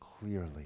clearly